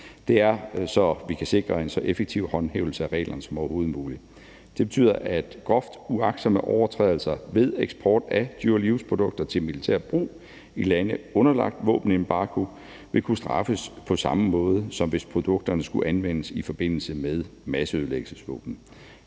Det er, så vi kan sikre en så effektiv håndhævelse af reglerne som overhovedet muligt. Det betyder, at groft uagtsomme overtrædelser ved eksport af dual use-produkter til militært brug i lande underlagt våbenembargo vil kunne straffes på samme måde, som hvis produkterne skulle anvendes i forbindelse med masseødelæggelsesvåben.